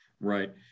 Right